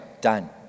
done